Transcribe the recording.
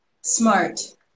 smart